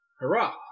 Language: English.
Hurrah